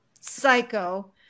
psycho